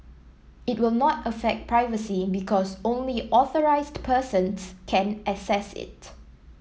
it will not affect privacy because only authorised persons can access it